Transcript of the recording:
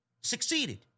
succeeded